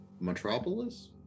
Metropolis